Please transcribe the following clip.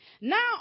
Now